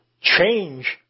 change